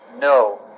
no